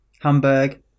Hamburg